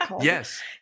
yes